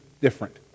different